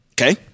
Okay